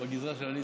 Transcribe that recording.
בגזרה של עליזה?